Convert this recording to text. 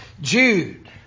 Jude